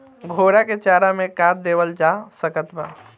घोड़ा के चारा मे का देवल जा सकत बा?